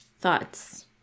Thoughts